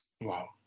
Wow